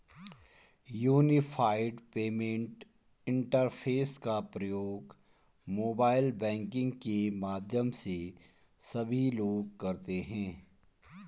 unified payment interface का प्रयोग mobile banking के माध्यम से सभी लोग करते हैं